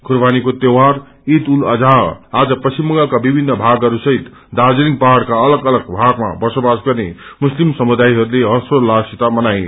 कुँबानीको त्यौडार ईद उल जोहा अाज पश्चिम बंगालका विभिन्न भगाइस्सहित दार्जालिङ पहाङ्का अलग अलग भागमा बसोबास गर्ने मुस्तिम समुदायहरूले हर्योस्तसित मनाए